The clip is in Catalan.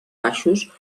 baixos